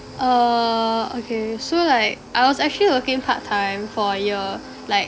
err okay so like I was actually working part time for a year like